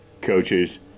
coaches